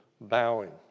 bowing